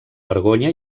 vergonya